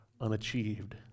unachieved